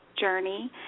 Journey